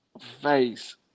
face